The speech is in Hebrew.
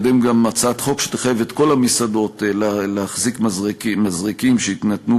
מקדם הצעת חוק שתחייב את כל המסעדות להחזיק מזרקים שיינתנו